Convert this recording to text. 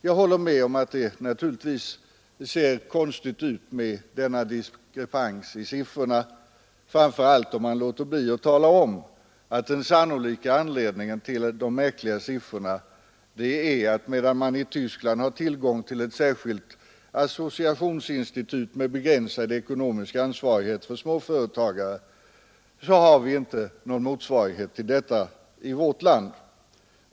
Jag håller med om att det naturligtvis ser konstigt ut med denna diskrepans i siffrorna, framför allt när man låter bli att tala om att den sannolika anledningen till de märkliga siffrorna är den att man i Tyskland har tillgång till ett särskilt associationsinstitut med begränsad ekonomisk ansvarighet för småföretagare, vilket vi inte har någon motsvarighet till i vårt land.